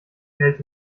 verhält